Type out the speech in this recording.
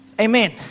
Amen